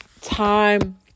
time